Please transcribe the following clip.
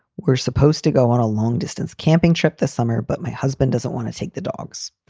we're supposed to go on a long distance camping trip this summer, but my husband doesn't want to take the dogs.